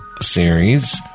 series